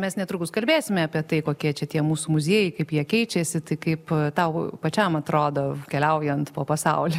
mes netrukus kalbėsime apie tai kokie čia tie mūsų muziejai kaip jie keičiasi tai kaip tau pačiam atrodo keliaujant po pasaulį